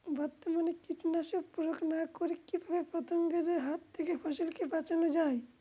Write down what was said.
বর্তমানে কীটনাশক প্রয়োগ না করে কিভাবে পতঙ্গদের হাত থেকে ফসলকে বাঁচানো যায়?